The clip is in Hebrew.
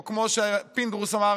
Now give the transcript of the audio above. או כמו שפינדרוס אמר,